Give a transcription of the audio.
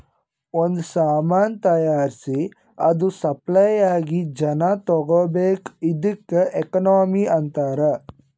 ಒಂದ್ ಸಾಮಾನ್ ತೈಯಾರ್ಸಿ ಅದು ಸಪ್ಲೈ ಆಗಿ ಜನಾ ತಗೋಬೇಕ್ ಇದ್ದುಕ್ ಎಕನಾಮಿ ಅಂತಾರ್